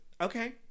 okay